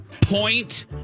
point